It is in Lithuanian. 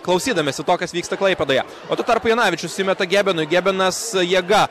klausydamiesi to kas vyksta klaipėdoje o tuo tarpu janavičius įmeta gebenui gebenas jėga